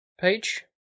page